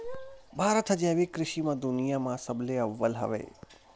भारत हा जैविक कृषि मा दुनिया मा सबले अव्वल हवे